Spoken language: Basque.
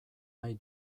nahi